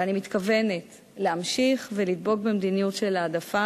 ואני מתכוונת להמשיך ולדבוק במדיניות של ההעדפה